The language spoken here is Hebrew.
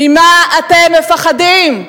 ממה אתם מפחדים?